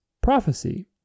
prophecy